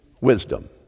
wisdom